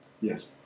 Yes